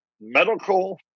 medical